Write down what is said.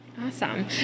Awesome